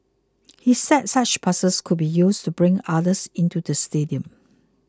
he said such passes could be used to bring others into the stadium